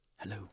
Hello